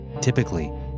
Typically